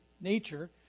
nature